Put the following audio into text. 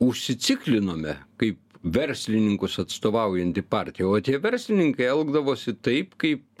užsiciklinome kaip verslininkus atstovaujanti partija o tie verslininkai elgdavosi taip kaip